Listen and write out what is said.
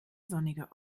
sonniger